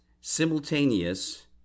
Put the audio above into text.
simultaneous